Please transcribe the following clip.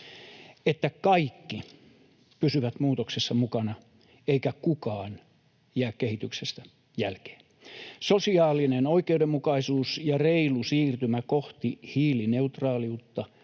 että kaikki pysyvät muutoksessa mukana eikä kukaan jää kehityksestä jälkeen. Sosiaalinen oikeudenmukaisuus ja reilu siirtymä kohti hiilineutraaliutta